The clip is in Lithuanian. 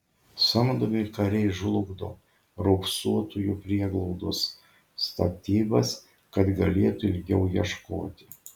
samdomi kariai žlugdo raupsuotųjų prieglaudos statybas kad galėtų ilgiau ieškoti